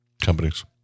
companies